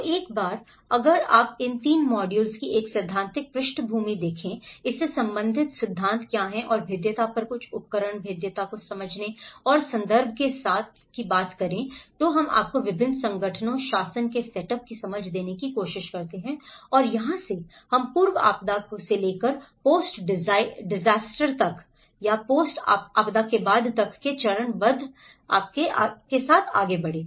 तो एक बार अगर आप इन 3 मॉड्यूलों की एक सैद्धांतिक पृष्ठभूमि है इससे संबंधित सिद्धांत क्या है और भेद्यता पर कुछ उपकरण भेद्यता को समझने और संदर्भ के साथ तो हम आपको विभिन्न संगठनों शासन के सेटअप की समझ देने की कोशिश करते हैं और यहाँ से हम पूर्व आपदा से लेकर पोस्ट डिजास्टर तक के चरणबद्ध आपदा के साथ आगे बढ़े